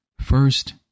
First